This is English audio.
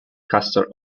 castor